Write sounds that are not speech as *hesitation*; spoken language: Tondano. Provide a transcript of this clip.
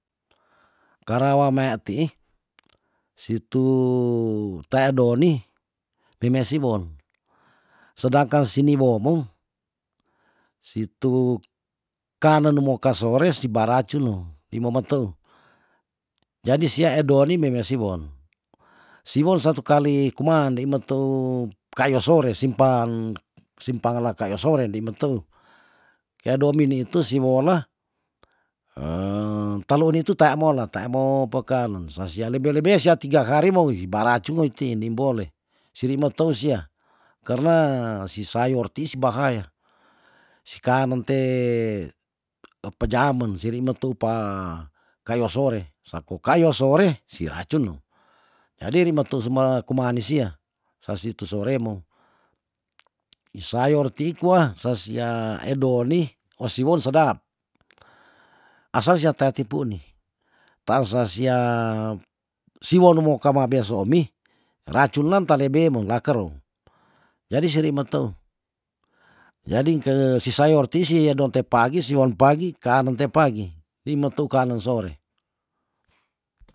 Karna wa mea tii si tu tea doni pe me siwon sedangkan sini woomung si tuk kanen moka sore si baracun no imemen teu jadi sia edoni meme siwon siwon satu kali kumaan ndei meteu kayo sore simpaan simpangla kayo sore ndei meteu kia domi nitu si wol *hesitation* telu nitu tea mola teamo pekanen sa sia lebe lebe sia tiga hari moui baracun no iti ndei bole siri meteu sia kerne si sayor tiis bahaya si kanen te epe jamon se rei meteu paa kayo sore sako kayo sore si racun no jadi ri metuu sume kumaa ni sia sasi tu sore mong i sayor ti kwa sa sia edoni osiwon sedap asal sia tea tipu ni taan sa sia siwon numoka ma besomi racun nan talebe me lakerung jadi se ri mateu jadi ngke si sayor tii si edon te pagi siwon pagi kanen te pagi ni meteu kanen sore *noise*